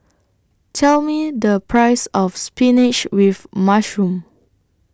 Tell Me The Price of Spinach with Mushroom